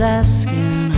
asking